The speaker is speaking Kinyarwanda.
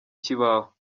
kibaho